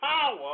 power